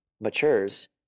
matures